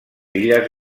illes